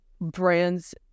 brands